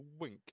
wink